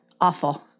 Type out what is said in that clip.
awful